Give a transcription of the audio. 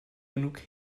genug